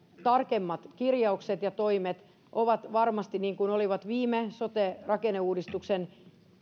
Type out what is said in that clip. tarkemmat kirjaukset ja toimet ovat varmasti niin kuin olivat viime sote rakenneuudistuksen